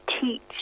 teach